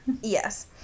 yes